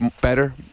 better